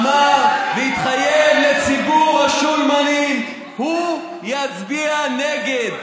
אמר והתחייב לציבור השולמנים שהוא יצביע נגד,